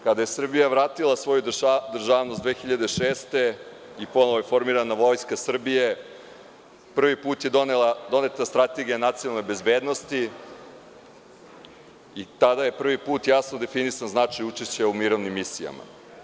Kada je Srbija vratila svoju državnost 2006. godine i ponovo je formirana Vojska Srbije, prvi put je doneta Strategija nacionalne bezbednosti i tada je prvi put jasno definisan značaj učešća u mirovnim misijama.